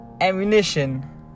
ammunition